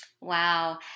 Wow